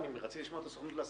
אני צריך לצאת.